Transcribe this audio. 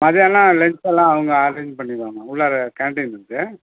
மதியானம் லென்ச் எல்லாம் அவங்க அரேஞ்ச் பண்ணிடுவாங்க உள்ளார கேன்டீன் இருக்குது